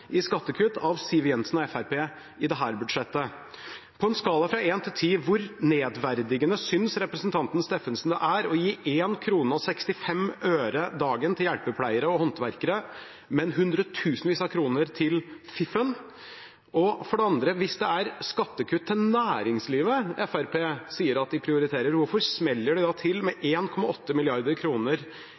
i skattekutt av Siv Jensen og Fremskrittspartiet i dette budsjettet. For det første: På en skala fra 1 til 10, hvor nedverdigende synes representanten Steffensen det er å gi 1 kr og 65 øre dagen til hjelpepleiere og håndverkere, men hundretusenvis av kroner til fiffen? For det andre: Hvis det er skattekutt til næringslivet Fremskrittspartiet sier at de prioriterer, hvorfor smeller de da til med